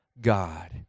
God